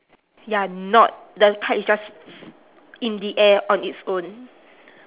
ya not the kite is just in the air on its own